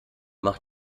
mach